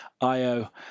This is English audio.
io